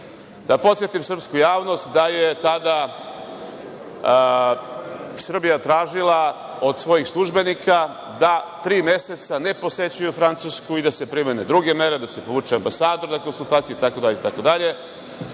podsetim srpsku javnost da je tada Srbija tražila od svojih službenika da tri meseca ne posećuju Francusku i da se primene druge mere, da se povuče ambasador na konsultacije, itd, itd. Nakon